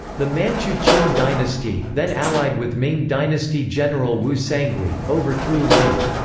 the manchu qing dynasty, then allied with ming dynasty general wu sangui, overthrew li's